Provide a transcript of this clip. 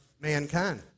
mankind